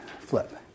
flip